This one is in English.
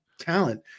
talent